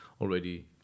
already